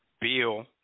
Beal